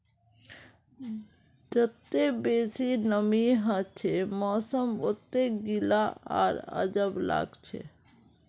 जत्ते बेसी नमीं हछे मौसम वत्ते गीला आर अजब लागछे